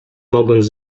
mogąc